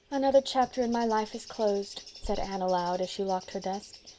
another chapter in my life is closed, said anne aloud, as she locked her desk.